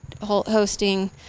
hosting